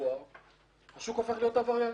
שבפברואר השוק הופך להיות עבריין.